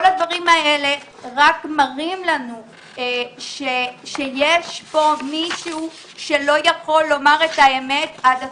כל הדברים האלה מראים לנו שיש פה מישהו שלא יכול לומר את האמת עד הסוף.